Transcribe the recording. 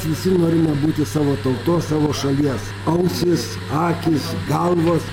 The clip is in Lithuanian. visi norime būti savo tautos savo šalies ausys akys galvos